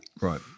Right